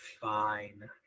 fine